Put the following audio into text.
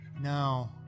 no